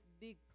big